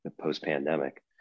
post-pandemic